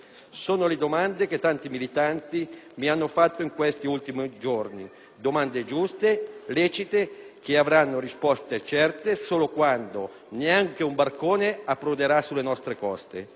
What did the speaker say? Sono le domande che tanti militanti mi hanno fatto in questi ultimi giorni; domande giuste, lecite, che avranno risposte certe solo quando neanche un barcone approderà sulle nostre coste.